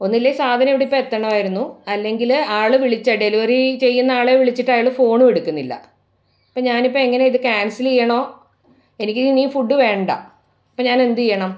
ഒന്നുല്ലേ സാധനം ഇവിടിപ്പോൾ എത്തണമായിരുന്നു അല്ലെങ്കിൽ ആൾ വിളിച്ച് ഡെലിവറി ചെയ്യുന്നാളെ വിളിച്ചിട്ടയാൾ ഫോണും എടുക്കുന്നില്ല ഇപ്പം ഞാനിപ്പം എങ്ങനെയാണ് ഇത് ക്യാൻസൽ ചെയ്യണോ എനിക്കിനി ഫുഡ് വേണ്ട ഇപ്പം ഞാനെന്തെയ്യണം